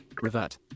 Revert